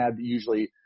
usually